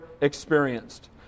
experienced